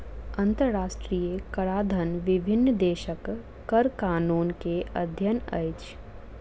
अंतरराष्ट्रीय कराधन विभिन्न देशक कर कानून के अध्ययन अछि